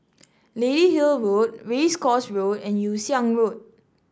Lady Hill Road Race Course Road and Yew Siang Road